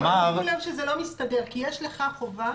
זה לא מסתדר כי יש לך חובה